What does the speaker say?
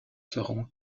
serons